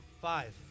five